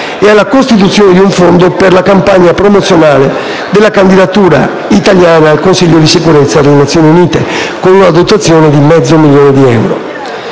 e alla costituzione di un fondo per la campagna promozionale della candidatura italiana al Consiglio di sicurezza delle Nazioni Unite (con una dotazione di 500.000 euro).